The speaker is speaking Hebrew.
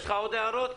יש לך עוד הערות?